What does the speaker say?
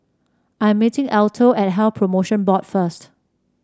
I am meeting Alto at Health Promotion Board first